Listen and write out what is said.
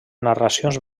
narracions